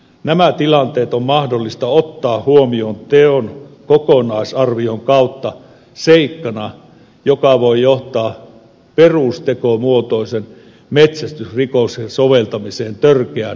nämä tilanteet on mahdollista ottaa huomioon teon kokonaisarvion kautta seikkana joka voi johtaa perustekomuotoisen metsästysrikoksen soveltamiseen törkeän tekomuodon sijasta